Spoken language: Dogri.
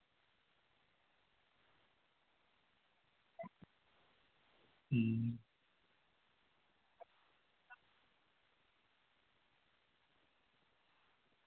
अं